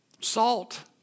Salt